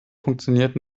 funktioniert